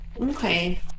Okay